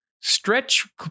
stretch